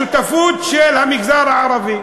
השותפות של המגזר הערבי.